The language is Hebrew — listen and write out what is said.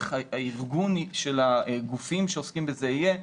איך ארגון הגופים שעוסקים בזה יהיה,